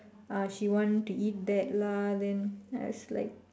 or she want to eat that lah then I was like